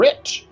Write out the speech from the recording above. Rich